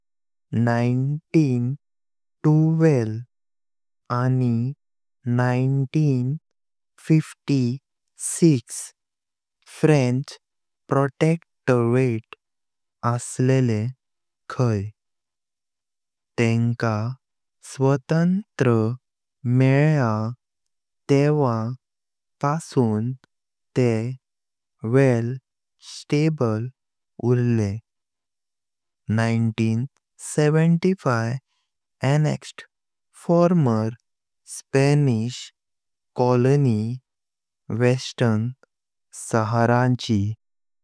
एकोणवीसशे बाराश एकोणवीसशे छप्पन फ्रेंच प्रोटेक्टरटे असलेले खाई। तेंका स्वतंत्रता मेल्या तेंव्हा पासून ते वाइल्ड्स स्थबले उरलें। एकोणवीसशे पंचाहत्तर पूर्वीची स्पॅनिश वसाहत पश्चिम सहाराची।